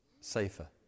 Safer